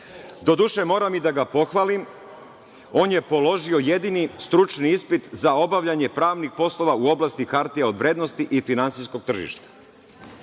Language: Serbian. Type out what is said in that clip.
Doduše, moram i da ga pohvalim on je položio jedini stručni ispit za obavljanje pravnih poslova u oblasti hartija od vrednosti i finansijskog tržišta. Inače,